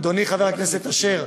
אדוני חבר הכנסת אשר,